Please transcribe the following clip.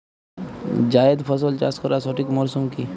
জায়েদ ফসল চাষ করার সঠিক মরশুম কি?